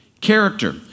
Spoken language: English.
Character